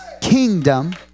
kingdom